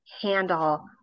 handle